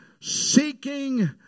seeking